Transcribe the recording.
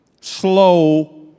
Slow